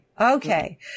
Okay